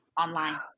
Online